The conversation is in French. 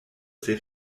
dire